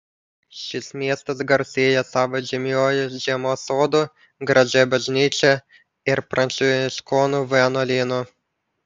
šis miestas garsėja savo žymiuoju žiemos sodu gražia bažnyčia ir pranciškonų vienuolynu